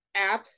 apps